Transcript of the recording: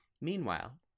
Meanwhile